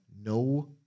no